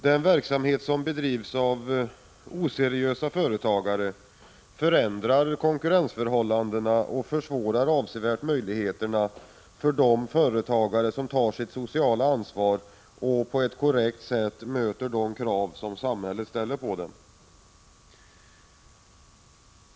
Den verksamhet som bedrivs av oseriösa företagare förändrar konkurrensförhållandena och försvårar avsevärt möjligheterna för de företagare som tar sitt sociala ansvar och på ett korrekt sätt möter de krav som samhället ställer på dem.